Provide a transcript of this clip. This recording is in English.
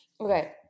okay